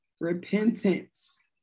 repentance